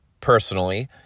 personally